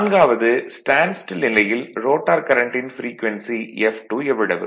நான்காவது stand still நிலையில் rotor கரண்ட்டின் ப்ரீக்வென்சி f2 எவ்வளவு